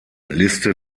liste